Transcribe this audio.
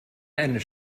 eines